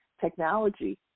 technology